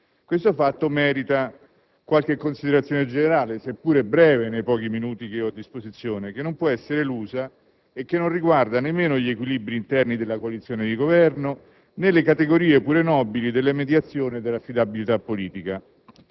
circostanza merita qualche considerazione generale - seppur breve nei pochi minuti che ho a disposizione - che non può essere elusa e non riguarda nemmeno gli equilibri interni della coalizione di Governo, né le categorie, pure nobili, della mediazione e dell'affidabilità politica,